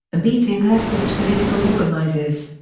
and beating leftist political organizers.